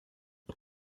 det